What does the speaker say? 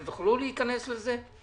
אתם תוכלו להיכנס לזה?